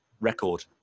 record